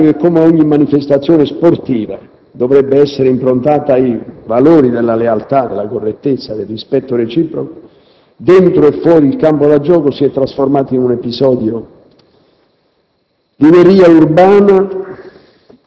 Ancora una volta una partita di calcio che, come ogni manifestazione sportiva, dovrebbe essere improntata ai valori della lealtà, della correttezza, del rispetto reciproco, dentro e fuori il campo da gioco, si è trasformata in un episodio